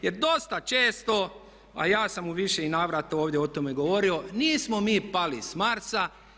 Jer dosta često a ja sam u više i navrata ovdje o tome govorio nismo mi pali s Marsa.